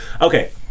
Okay